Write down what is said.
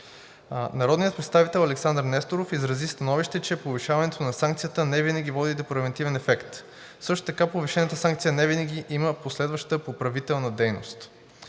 Народният представител Александър Несторов изрази становище, че повишаването на санкцията не винаги води до превантивен ефект. Също така повишената санкция не винаги има последваща поправителна дейност.